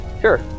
Sure